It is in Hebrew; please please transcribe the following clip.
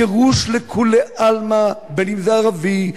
גירוש לכולי עלמא במגזר הערבי,